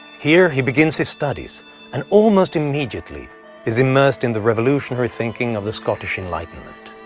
here he begins his studies and almost immediately is immersed in the revolutionary thinking of the scottish enlightenment.